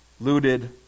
looted